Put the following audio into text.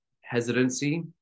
hesitancy